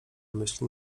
myśli